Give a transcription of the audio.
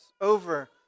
over